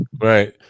Right